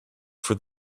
for